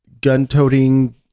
gun-toting